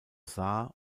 saar